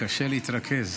קשה להתרכז.